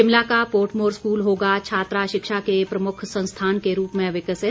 शिमला का Portmore school होगा छात्रा शिक्षा के प्रमुख संस्थान के रूप में विकसित